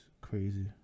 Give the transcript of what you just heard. crazy